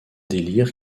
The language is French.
délire